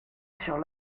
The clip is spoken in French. sur